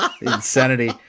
Insanity